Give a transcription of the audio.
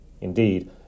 Indeed